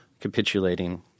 capitulating